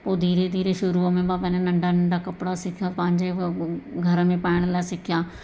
पोइ धीरे धीरे शुरूअ में मां पंहिंजा नंढा नंढा कपिड़ा सिखिया पंहिंजे घर में पाइण लाइ सिखिया